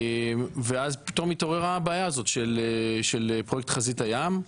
ואז פתאום התעוררה הבעיה הזאת של פרויקט חזית הים,